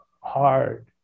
hard